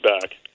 back